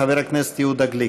חבר הכנסת יהודה גליק.